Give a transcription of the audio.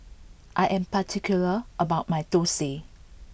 I am particular about my Thosai